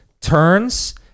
turns